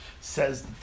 Says